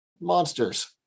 Monsters